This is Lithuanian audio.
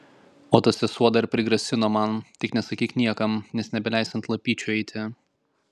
o ta sesuo dar prigrasino man tik nesakyk niekam nes nebeleis ant lapyčių eiti